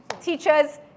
Teachers